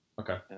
Okay